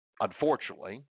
Unfortunately